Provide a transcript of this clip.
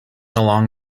along